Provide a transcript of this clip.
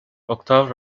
octave